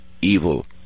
evil